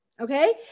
okay